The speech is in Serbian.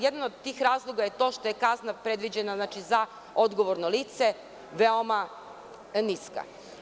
Jedan od tih razloga je što je ova kazna predviđena za odgovorno lice veoma niska.